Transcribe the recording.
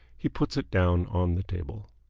he puts it down on the table.